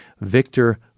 Victor